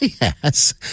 Yes